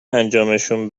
انجامشون